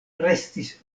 restis